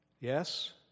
yes